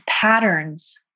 patterns